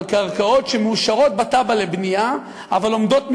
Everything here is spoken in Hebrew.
קרקעות שמאושרות בתב"ע לבנייה אבל עומדות מיותמות,